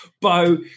Bo